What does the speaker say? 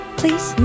please